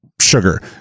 sugar